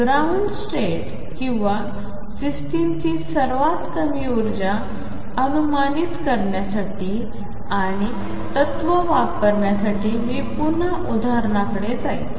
ground state किंवा सिस्टमची सर्वात कमी उर्जा अनुमानित करण्यासाठी आणि तत्त्व वापरण्यासाठी मी पुन्हा उदाहरणाकडे जाईन